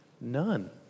None